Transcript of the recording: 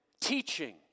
teaching